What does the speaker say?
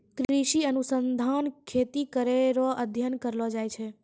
कृषि अनुसंधान खेती करै रो अध्ययन करलो जाय छै